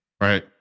Right